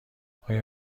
آیا